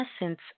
essence